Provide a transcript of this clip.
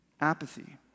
Apathy